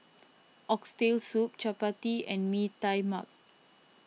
Oxtail Soup Chappati and Mee Tai Mak